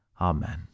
Amen